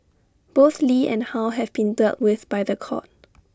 both lee and how have been dealt with by The Court